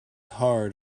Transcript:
hard